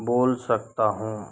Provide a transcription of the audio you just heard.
बोल सकता हूँ